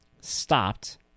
stopped